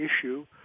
issue